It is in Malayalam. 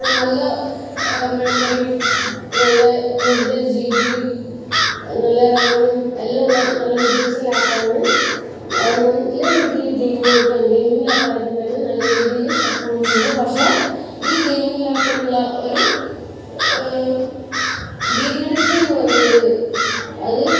നല്ല മെമ്മറിയും നല്ല കൂടുതൽ ജി ബിയും നല്ല റാമും എല്ലാ ഉള്ള നല്ല മികച്ച ലാപ്പ് ആണ് നല്ല രീതിയിൽ ഗെയിം കളിക്കാൻ ഗെയിമിങ് ലാപ്പ് ആയത് കൊണ്ട് തന്നെ നല്ല രീതിയിൽ തന്നെ പെർഫോമൻസ് ഉണ്ട് പക്ഷേ ഈ ഗെയിമിങ് ലാപ്പിനുള്ള ഒരു ഡീമെറിറ്റ് എന്ന് പറയുന്നത് അത്